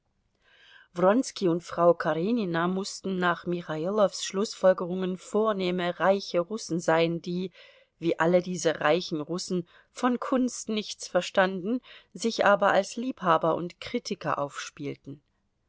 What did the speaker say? wronski und frau karenina mußten nach michailows schlußfolgerungen vornehme reiche russen sein die wie alle diese reichen russen von kunst nichts verstanden sich aber als liebhaber und kritiker aufspielten